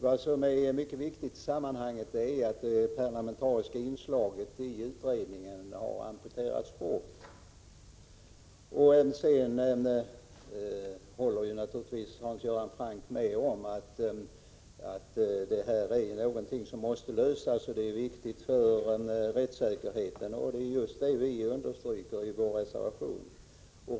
Vad som är mycket viktigt i detta sammanhang är att det parlamentariska inslaget i utredningen så att säga har amputerats. Naturligtvis håller Hans Göran Franck med om att den här frågan måste få en lösning. Det är viktigt för rättssäkerheten. Ja, det är just det vi understryker i vår reservation.